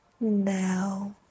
Now